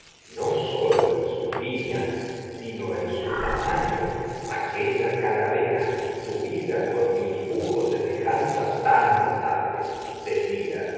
no sólo en sus líneas sino en su tamaño aquella calavera tuviera con mi dibujo semejanza tan notable decía